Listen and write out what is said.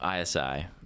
ISI